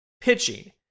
pitching